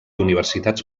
universitats